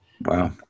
Wow